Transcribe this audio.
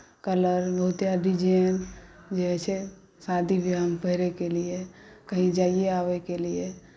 colour बहुते आओर design जे होइत छै शादी ब्याहमे पहिरयके लिए कहीँ जाइए आबयके लिए